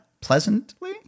pleasantly